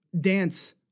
dance